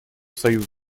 союза